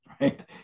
right